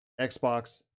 Xbox